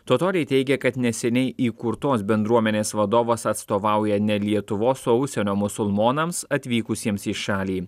totoriai teigia kad neseniai įkurtos bendruomenės vadovas atstovauja ne lietuvos o užsienio musulmonams atvykusiems į šalį